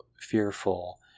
fearful